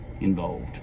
involved